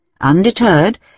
Undeterred